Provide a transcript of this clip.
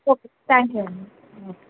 okay thanks అండి